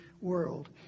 world